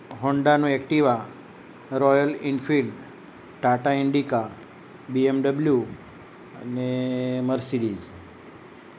હોન્ડાનું Activa royal Enfield Tata Indica B M W અને Mercedes